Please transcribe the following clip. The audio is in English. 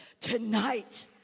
Tonight